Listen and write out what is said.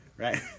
Right